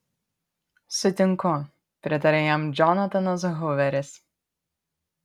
sutinku pritarė jam džonatanas huveris